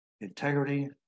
Integrity